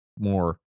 more